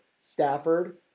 Stafford